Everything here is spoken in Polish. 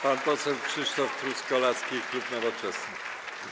Pan poseł Krzysztof Truskolaski, klub Nowoczesna.